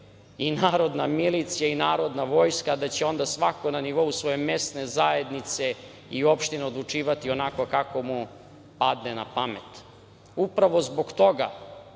i narodna milicija i narodna vojska, da će onda svako na nivou svoje mesne zajednice i opštine odlučivati onako kako mu padne na pamet. Upravo zbog toga